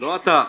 לא אתה.